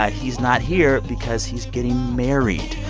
ah he's not here because he's getting married.